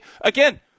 again